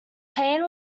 payne